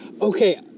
Okay